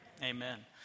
Amen